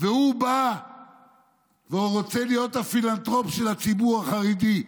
והוא בא ורוצה להיות הפילנטרופ של הציבור החרדי.